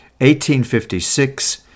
1856